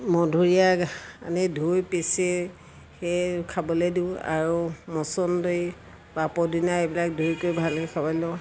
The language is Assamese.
মধুৰি আগ আনি ধুই পিচি সেই খাবলৈ দিওঁ আৰু মছন্দৰী বা পদিনা এইবিলাক ধুই কৰি ভালকৈ খাবলৈ লওঁ